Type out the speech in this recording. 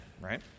Right